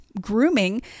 grooming